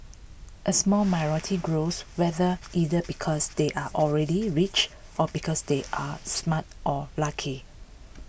a small minority grows wealthier either because they are already rich or because they are smart or lucky